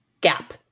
gap